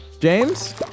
James